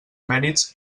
mèrits